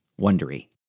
Wondery